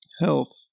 health